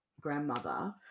grandmother